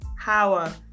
power